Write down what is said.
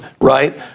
right